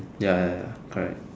ya ya ya correct